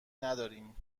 نداریم